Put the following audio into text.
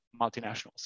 multinationals